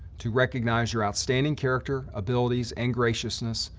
to recognize your outstanding character, abilities, and graciousness,